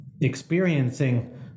experiencing